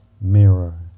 mirror